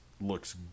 looks